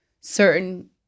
certain